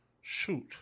shoot